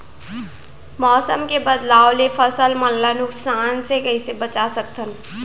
मौसम के बदलाव ले फसल मन ला नुकसान से कइसे बचा सकथन?